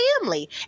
family